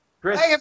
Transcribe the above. Chris